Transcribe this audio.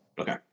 Okay